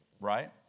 right